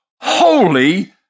holy